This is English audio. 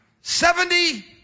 Seventy